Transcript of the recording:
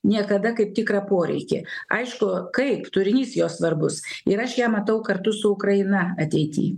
niekada kaip tikrą poreikį aišku kaip turinys jos svarbus ir aš ją matau kartu su ukraina ateity